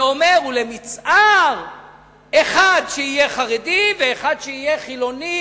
ואומר: ולמצער אחד שיהיה חרדי ואחד שיהיה חילוני,